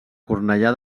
cornellà